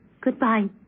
Goodbye